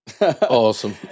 Awesome